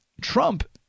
Trump